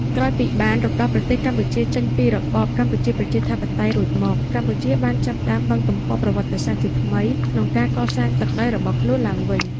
ក្រោយពីបានរំដោះប្រទេសកម្ពុជាចេញពីរបបកម្ពុជាប្រជាធិបតេយ្យរួចមក កម្ពុជាបាន ចាប់ផ្តើមបើកទំព័រប្រវិត្តសាស្ត្រជាថ្មី ក្នុងការកសាងទឹកដីរបស់ខ្លួនឡើងវិញ។